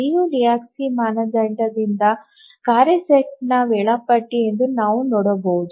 Liu ಲೆಹೋಜ್ಕಿಯ ಮಾನದಂಡದಿಂದ ಕಾರ್ಯ ಸೆಟ್ ವೇಳಾಪಟ್ಟಿ ಎಂದು ನಾವು ನೋಡಬಹುದು